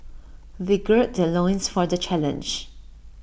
they gird their loins for the challenge